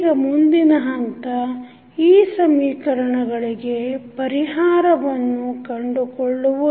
ಈಗ ಮುಂದಿನ ಹಂತ ಈ ಸಮೀಕರಣಗಳಿಗೆ ಪರಿಹಾರವನ್ನು ಕಂಡುಕೊಳ್ಳುವುದು